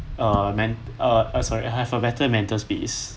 err men err err sorry have a better mental space